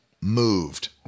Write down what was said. moved